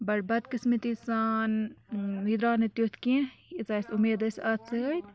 بَٹ بَدقسمٔتی سان یہِ دراو نہٕ تِیٚوٚتھ کینٛہہ ییژہ اَسہِ اُمید ٲس اتھ سۭتۍ